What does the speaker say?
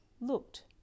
looked